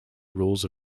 rules